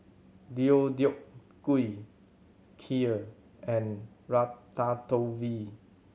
Deodeok Gui Kheer and Ratatouille